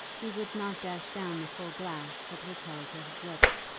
he would not dash down the full glass that was held to his lips.